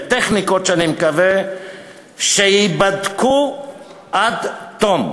בטכניקות שאני מקווה שייבדקו עד תום.